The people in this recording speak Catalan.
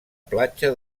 platja